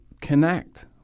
connect